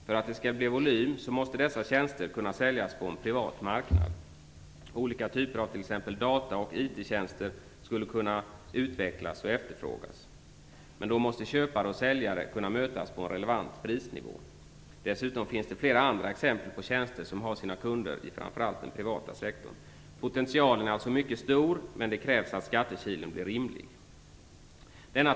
För att det skall bli volym så måste dessa tjänster kunna säljas på en privat marknad. Olika typer av data och IT-tjänster skulle kunna utvecklas och efterfrågas. Då måste köpare och säljare kunna mötas på en relevant prisnivå. Dessutom finns flera andra exempel på tjänster, som har sina kunder i den privata sektorn. Potentialen är mycket stor, men det krävs att skattekilen blir rimlig.